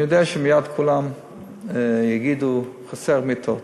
אני יודע שמייד כולם יגידו: חסרות מיטות.